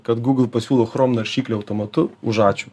kad gūgl pasiūlo chrom naršyklę automatu už ačiū